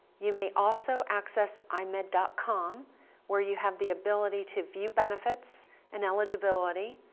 you may also access eyemed dot com where you have the ability to view benefits and eligibility,